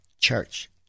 church